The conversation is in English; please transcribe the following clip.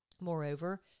Moreover